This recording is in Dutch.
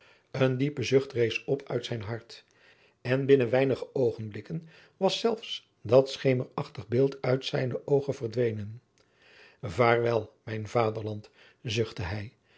een diepe zucht rees op uit zijn hart en binnen weinige oogenblikken was zelfs dat schemerachtig beeld uit zijne oogen verdwenen vaarwel mijn vaderland zuchtte hij